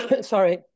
sorry